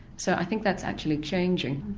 so i think that's actually changing.